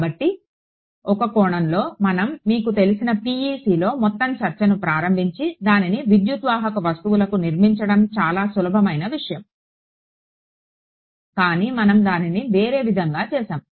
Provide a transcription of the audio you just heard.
కాబట్టి ఒక కోణంలో మనం మీకు తెలిసిన PECతో మొత్తం చర్చను ప్రారంభించి దానిని విద్యుద్వాహక వస్తువులకు నిర్మించడం చాలా సులభమైన విషయం కానీ మనం దానిని వేరే విధంగా చేసాము